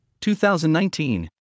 2019